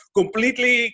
completely